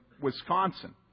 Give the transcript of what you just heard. Wisconsin